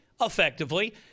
effectively